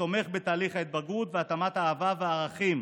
התומך בתהליך ההתבגרות והתאמת האהבה והערכים.